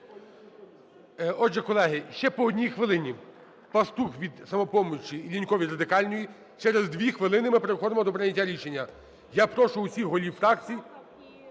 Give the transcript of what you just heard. Отже, колеги, ще по одній хвилині. Пастух від "Самопомочі" і Лінько від Радикальної. Через 2 хвилини ми переходимо до прийняття рішення. Я прошу всіх голів фракцій…